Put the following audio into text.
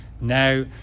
Now